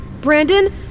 Brandon